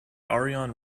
ariane